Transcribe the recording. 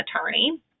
attorney